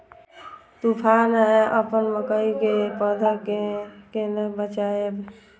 तुफान है अपन मकई के पौधा के केना बचायब?